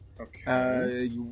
Okay